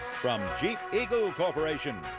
from jeep eagle corporation.